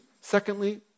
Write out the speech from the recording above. Secondly